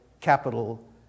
capital